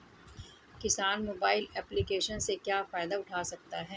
किसान mobile application से क्या फायदा उठा सकता है?